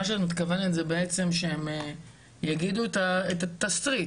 מה שאת מתכוונת זה שבעצם שהם יגידו את התסריט,